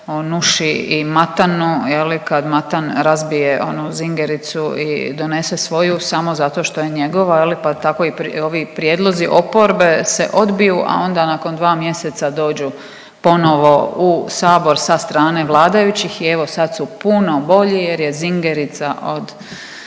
Nuši i Matanu, je li kad Matan razbije onu Singericu i donese svoju samo zato što je njegova je li, pa tako i ovi prijedlozi oporbe se odbiju, a onda nakon dva mjeseca dođu ponovo u Sabor sa strane vladajućih. I evo sad su puno bolji jer je zingerica od